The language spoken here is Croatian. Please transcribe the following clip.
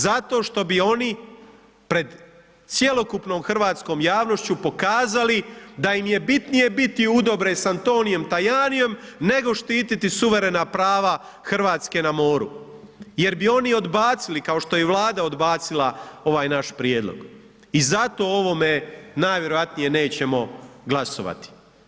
Zato što bi oni pred cjelokupnom hrvatskom javnošću pokazali da im je bitnije biti u dobre sa Antonijem Tajanijem, nego štititi suverena prava RH na moru jer bi oni odbacili, kao što je i Vlada odbacila ovaj naš prijedlog i zato o ovome najvjerojatnije nećemo glasovati.